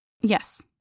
Yes